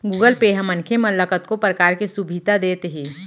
Google Pay ह मनखे मन ल कतको परकार के सुभीता देत हे